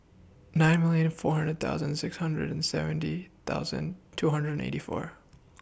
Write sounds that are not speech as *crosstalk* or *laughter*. nine million four hundred thousand six hundred and seventy thousand two hundred and eighty four *noise*